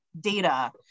data